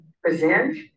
present